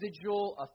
individual